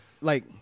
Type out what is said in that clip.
like-